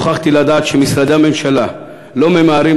נוכחתי לדעת שמשרדי הממשלה לא ממהרים